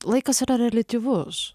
laikas yra reliatyvus